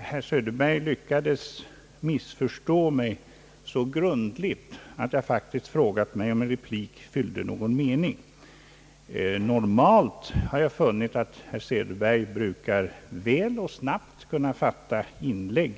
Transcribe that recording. Herr Söderberg lyckades missförstå mig så grundligt att jag faktiskt frågat mig om en replik fyller någon mening. Normalt brukar herr Söderberg snabbt och väl kunna fatta innebörden i ett inlägg,